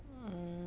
hmm